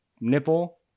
nipple